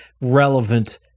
relevant –